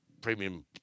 premium